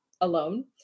alone